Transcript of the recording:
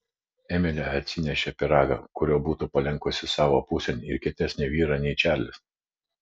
emilė atsinešė pyragą kuriuo būtų palenkusi savo pusėn ir kietesnį vyrą nei čarlis